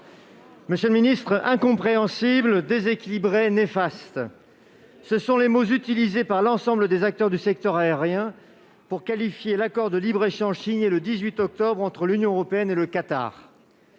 Monsieur le ministre, « incompréhensible »,« déséquilibré »,« néfaste »: tels sont les mots utilisés par l'ensemble des acteurs du secteur aérien pour qualifier l'accord de libre-échange signé le 18 octobre entre l'Union européenne et le Qatar.